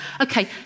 Okay